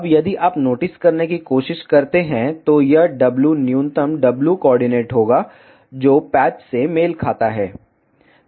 अब यदि आप नोटिस करने की कोशिश करते हैं तो यह w न्यूनतम w कोऑर्डिनेट होगा जो पैच से मेल खाता है